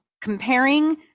comparing